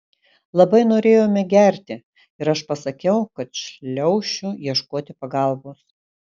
labai norėjome gerti ir aš pasakiau kad šliaušiu ieškoti pagalbos